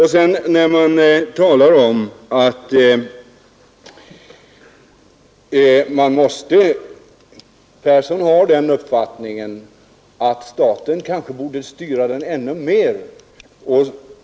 Herr Persson har uppfattningen att staten kanske borde styra ännu mer på det här området.